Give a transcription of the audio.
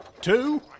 two